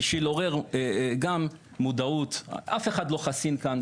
בשביל לעורר מודעות אף אחד לא חסין כאן.